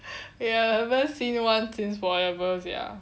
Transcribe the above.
ya I haven't seen one since forever sia